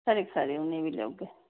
खरी खरी उनें ई लेई औगे